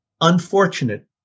unfortunate